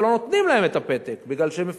אבל לא נותנים להן את הפתק בגלל שהם מפחדים,